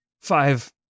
five